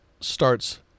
starts